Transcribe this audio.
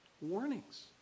Warnings